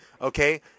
okay